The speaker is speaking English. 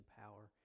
power